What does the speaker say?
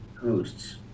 hosts